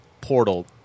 portal